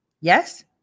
Yes